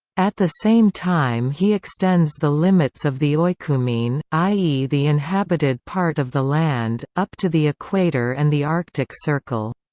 at the same time he extends the limits of the oikoumene, i e. the inhabited part of the land, up to the equator and the arctic circle.